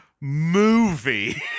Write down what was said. Movie